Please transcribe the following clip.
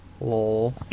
Lol